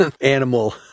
animal